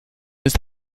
ist